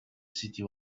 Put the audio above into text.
city